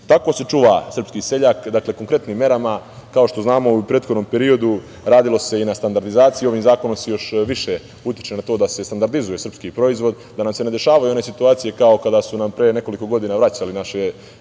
se čuva srpski seljak, dakle, konkretnim merama. Kao što znamo, u prethodnom periodu radilo se i na standardizaciji, ovim zakonom se još više utiče na to da se standardizuje srpski proizvod, da nam se ne dešavaju one situacije kao kada su nam pre nekoliko godina vraćali naše